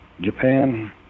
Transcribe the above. Japan